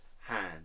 hand